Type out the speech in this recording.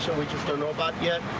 so we just don't know but yeah